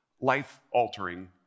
life-altering